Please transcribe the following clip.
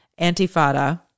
Antifada